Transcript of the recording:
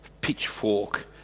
pitchfork